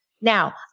Now